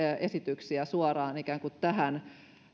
esityksiä ikään kuin suoraan tähän